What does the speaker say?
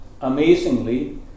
amazingly